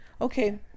Okay